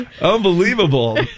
Unbelievable